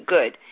Good